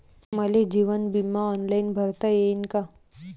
मले जीवन बिमा ऑनलाईन भरता येईन का?